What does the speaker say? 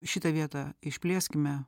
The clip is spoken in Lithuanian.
šitą vietą išplėskime